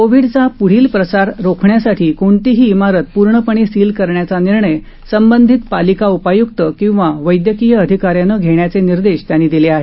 कोविडचा पुढील प्रसार रोखण्यासाठी कोणतीही चिारत पूर्णपणे सील करण्याचा निर्णय संबंधित पालिका उपायुक्त किंवा वैद्यकीय अधिका यांनं घेण्याचे निर्देश त्यांनी दिले आहेत